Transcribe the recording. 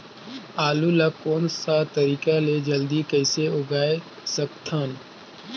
आलू ला कोन सा तरीका ले जल्दी कइसे उगाय सकथन?